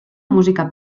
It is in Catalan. música